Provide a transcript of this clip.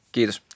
Kiitos